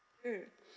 mm